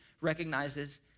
recognizes